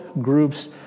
groups